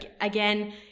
Again